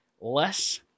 less